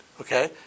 okay